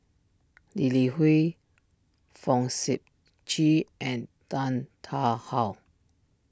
Lee Li Hui Fong Sip Chee and Tan Tarn How